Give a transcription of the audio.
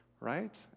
right